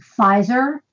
Pfizer